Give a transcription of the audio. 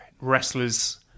wrestlers